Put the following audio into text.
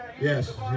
Yes